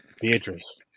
Beatrice